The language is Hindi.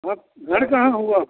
हाँ तो घर कहाँ हुआ